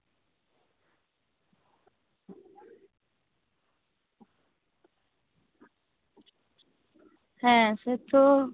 ᱦᱮᱸ ᱥᱮᱭᱛᱳ